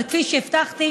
אבל כפי שהבטחתי,